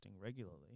regularly